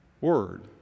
word